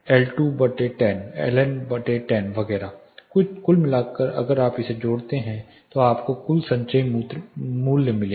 L2 10 Ln 10 वगैरह कुल मिलाकर अगर आप इसे जोड़ते हैं तो आपको कुल संचयी मूल्य मिलेगा